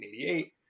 1988